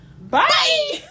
Bye